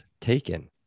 Taken